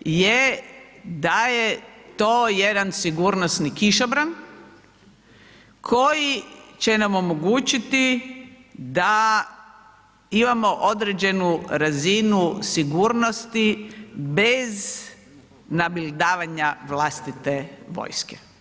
je da je to jedan sigurnosni kišobran koji će nam omogućiti da imamo određenu razinu sigurnosti bez nabildavanja vlastite vojske.